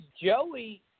Joey